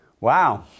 Wow